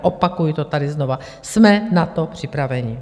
Opakuji to tady znova jsme na to připraveni.